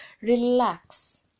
Relax